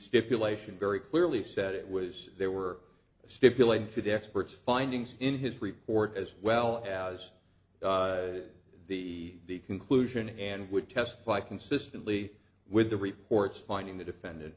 stipulation very clearly said it was there were stipulated to the experts findings in his report as well as the conclusion and would testify consistently with the reports finding the defendant